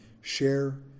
share